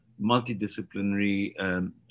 multidisciplinary